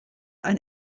ein